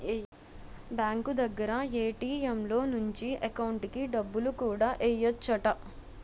bank దగ్గర ATM లో నుంచి ఎకౌంటుకి డబ్బులు కూడా ఎయ్యెచ్చట